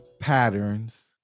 patterns